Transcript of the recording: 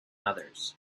others